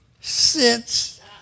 sits